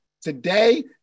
Today